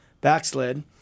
backslid